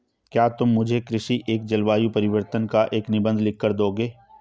क्या तुम मुझे कृषि एवं जलवायु परिवर्तन पर एक निबंध लिखकर दोगे?